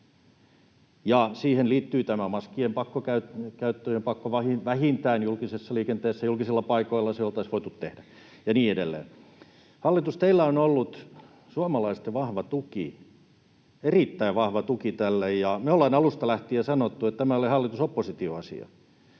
Siihen liittyy tämä maskien käyttöpakko vähintään julkisessa liikenteessä ja julkisilla paikoilla, se oltaisiin voitu tehdä, ja niin edelleen. Hallitus, teillä on ollut suomalaisten vahva tuki, erittäin vahva tuki tälle, ja me ollaan alusta lähtien sanottu, että tämä ei ole hallitus—oppositio-asia,